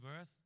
earth